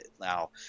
Now